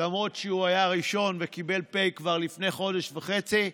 למרות שהוא היה ראשון וקיבל פ' כבר לפני חודש וחצי.